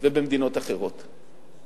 ובמדינות אחרות.